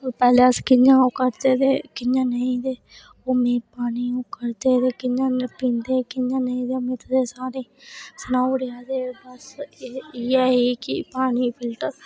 पैह्ले अस कि'यां ओह् करदे कि'यां नेईं ते ओह् मी पानी और कि'यां पींदे कि'यां नेईं सनाई ओड़ेआ ते अस एह् इ'यै कि पानी फिल्टर